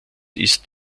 ist